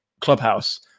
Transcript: clubhouse